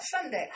Sunday